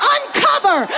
Uncover